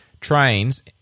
trains